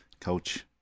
coach